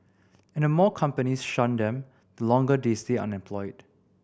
and the more companies shun them the longer they stay unemployed